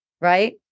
right